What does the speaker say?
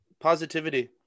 Positivity